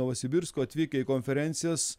novosibirsko atvykę į konferencijas